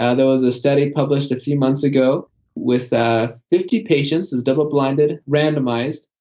ah there was a study published a few months ago with ah fifty patients. it's double-blinded, randomized,